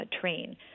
train